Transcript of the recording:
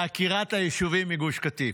לעקירת היישובים מגוש קטיף.